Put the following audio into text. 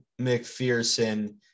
McPherson